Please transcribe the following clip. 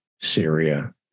Syria